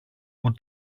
που